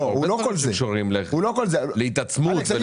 יש בו הרבה דברים שקשורים להתעצמות --- אלכס,